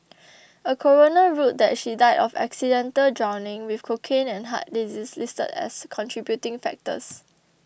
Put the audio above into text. a coroner ruled that she died of accidental drowning with cocaine and heart diseases listed as contributing factors